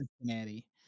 Cincinnati